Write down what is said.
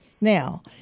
Now